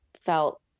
felt